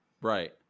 Right